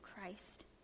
Christ